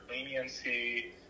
leniency